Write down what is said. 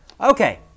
Okay